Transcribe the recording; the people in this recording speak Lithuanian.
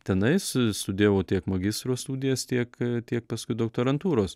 tenais studijavau tiek magistro studijas tiek tiek paskui doktorantūros